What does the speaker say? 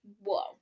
whoa